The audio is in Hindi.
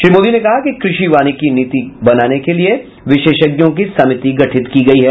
श्री मोदी ने कहा कि कृषि वानिकी नीति बनाने के लिए विशेषज्ञों की समिति गठित की गई है